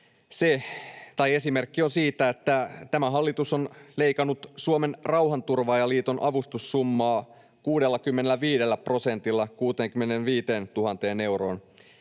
esimerkki voisi olla, että kun tämä hallitus on leikannut Suomen Rauhanturvaajaliiton avustussummaa 65 prosentilla 65 000 euroon